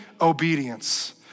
obedience